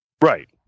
Right